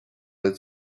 its